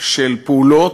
של פעולות,